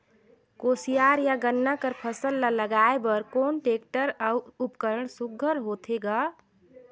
कोशियार या गन्ना कर फसल ल लगाय बर कोन टेक्टर अउ उपकरण सुघ्घर होथे ग?